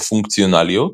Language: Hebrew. או פונקציונליות,